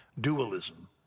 dualism